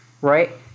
right